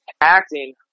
acting